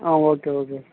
okay okay